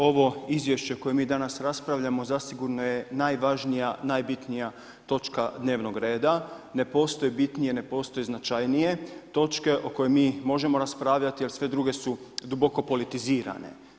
Ovo izvješće koje mi danas raspravljamo zasigurno je najvažnija, najbitnija točka dnevnog reda, ne postoji bitnije, ne postoji značajnije točke o kojom mi možemo raspravljati jer sve druge su duboko politizirane.